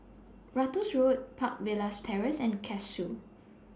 Ratus Road Park Villas Terrace and Cashew